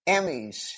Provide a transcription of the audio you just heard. Emmys